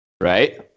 Right